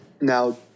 Now